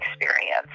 experience